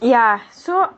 ya so